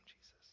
Jesus